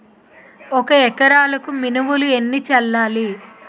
ఒక ఎకరాలకు మినువులు ఎన్ని చల్లాలి?